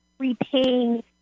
repaying